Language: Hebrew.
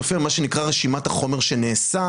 זה הופיע במה נקרא "רשימת החומר שנאסף".